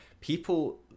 people